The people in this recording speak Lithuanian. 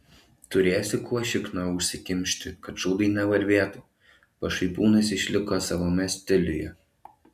turėsi kuo šikną užsikimšti kad šūdai nevarvėtų pašaipūnas išliko savame stiliuje